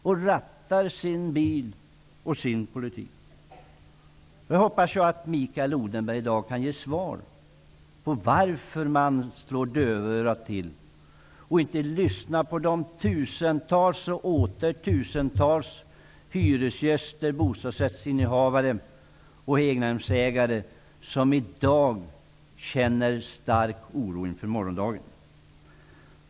Jag hoppas att Mikael Odenberg i dag kan ge svar på frågan varför man slår dövörat till och inte lyssnar på de tusentals och åter tusentals hyresgäster, bostadsrättsinnehavare och egnahemsägare som i dag känner stark oro inför morgondagen.